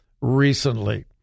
recently